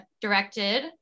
directed